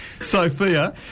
Sophia